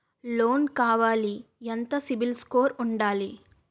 Loan కావాలి ఎంత CIBIL score ఉండాలి?